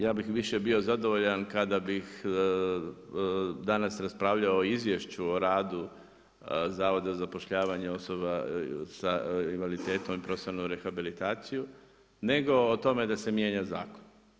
Ja bih više bio zadovoljan kada bi danas raspravljao o izvješću o radu zavoda za zapošljavanje osoba sa invaliditetom i profesionalnu rehabilitaciju nego o otme da se mijenja zakon.